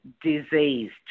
diseased